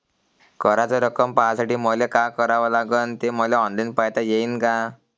कराच रक्कम पाहासाठी मले का करावं लागन, ते मले ऑनलाईन पायता येईन का?